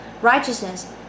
righteousness